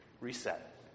reset